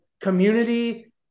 community